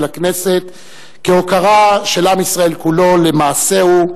הכנסת כהוקרה של עם ישראל כולו למעשהו,